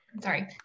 sorry